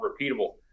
repeatable